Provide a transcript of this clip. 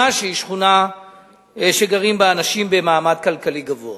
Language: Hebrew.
שהיא שכונה שגרים בה אנשים במעמד כלכלי גבוה.